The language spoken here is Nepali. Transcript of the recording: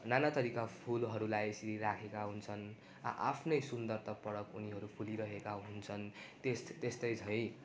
नानाथरीका फुलहरूलाई यसरी राखेका हुन्छन् आआफ्नै सुन्दरतापरक उनीहरू फुलिरहेका हुन्छन् त्यस्तै त्यस्तै झैँ